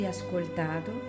ascoltato